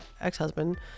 ex-husband